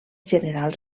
generals